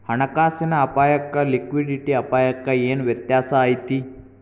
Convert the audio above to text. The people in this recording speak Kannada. ಹಣ ಕಾಸಿನ್ ಅಪ್ಪಾಯಕ್ಕ ಲಿಕ್ವಿಡಿಟಿ ಅಪಾಯಕ್ಕ ಏನ್ ವ್ಯತ್ಯಾಸಾ ಐತಿ?